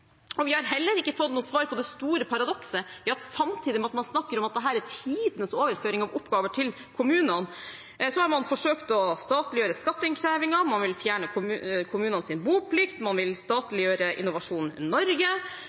det store paradokset med at samtidig som man snakker om at dette er tidenes overføring av oppgaver til kommunene, har man forsøkt å statliggjøre skatteinnkrevingen, man vil fjerne kommunenes boplikt, man vil statliggjøre Innovasjon Norge,